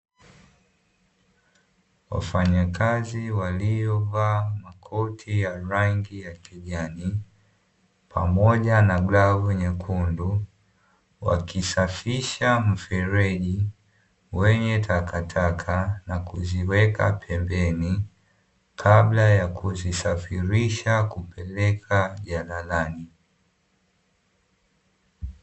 Wafanyakazi waliyovaa makoti ya rangi ya kijani pamoja na glavu nyekundu, wakisafisha mfereji wenye takataka na kuziweka pembeni kabla ya kuzisafirisha kupeleka jalalani.